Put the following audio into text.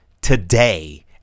today